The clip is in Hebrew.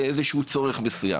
הוא צורך מסוים